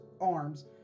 arms